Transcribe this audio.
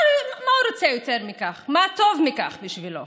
מה הוא רוצה יותר מכך, מה טוב מכך בשבילו?